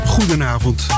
Goedenavond